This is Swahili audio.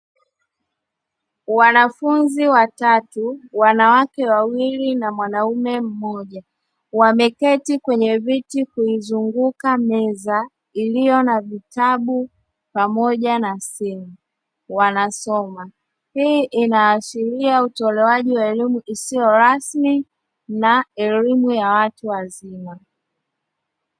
Wanafunzi watatu, wanawake wawili na mwanaume mmoja, wameketi kwenye viti kuizunguka meza iliyo na vitabu pamoja na simu wanasoma, hii inaashiria utolewaji wa elimu isiyo rasmi na elimu ya watu wazima.